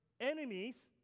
enemies